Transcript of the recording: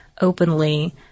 openly